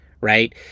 right